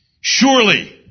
Surely